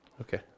Okay